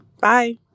bye